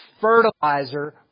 fertilizer